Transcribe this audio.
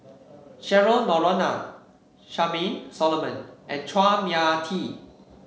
Cheryl Noronha Charmaine Solomon and Chua Mia Tee